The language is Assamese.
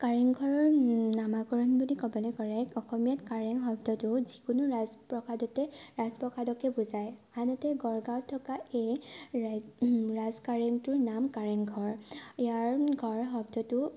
কাৰেংঘৰৰ নামাকৰণ বুলি ক'বলৈ গ'লে অসমীয়াত কাৰেং শব্দটো যিকোনো ৰাজপ্ৰসাদতে ৰাজপ্ৰসাদকে বুজাই আনহাতে গড়গাঁৱত থকা এই ৰাজ কাৰেংটোৰ নাম কাৰেংঘৰ ইয়াৰ ঘৰ শব্দটো